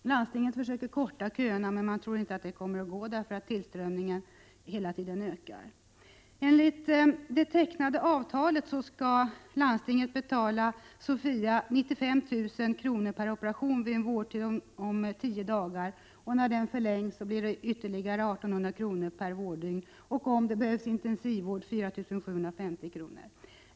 Landstinget försöker att förkorta köerna, men man tror inte att det kommer att gå, eftersom tillströmningen av patienter hela tiden ökar. 95 Enligt det nu tecknade avtalet skall landstinget betala Sophiahemmet 95 000 kr. per operation vid en vårdtid om tio dagar. Vid förlängd vårdtid utgår ersättning om ytterligare 1 800 kr. för varje vårddygn. Och om det behövs intensivvård blir ersättningen 4 750 kr. för varje ytterligare dygn.